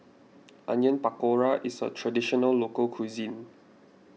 Onion Pakora is a Traditional Local Cuisine